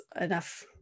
enough